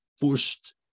pushed